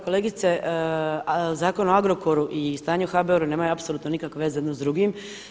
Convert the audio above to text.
Kolegice, Zakon o Agrokoru i stanje u HBOR-u nemaju apsolutno nikakve veze jedne s drugim.